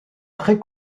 très